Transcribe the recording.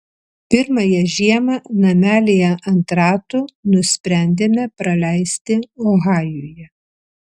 pirmąją žiemą namelyje ant ratų nusprendėme praleisti ohajuje